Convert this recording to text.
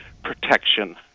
protection